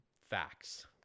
Facts